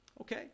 Okay